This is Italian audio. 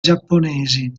giapponesi